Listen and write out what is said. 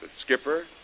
skipper